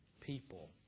people